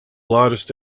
largest